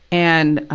and, ah